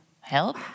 help